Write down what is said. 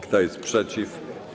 Kto jest przeciw?